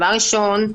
דבר ראשון,